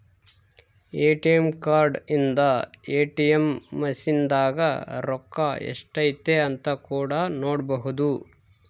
ATM card ಇಂದ ATM machine ದಾಗ ರೊಕ್ಕ ಎಷ್ಟೈತೆ ಅಂತ ಕೂಡ ನೊಡ್ಬೊದು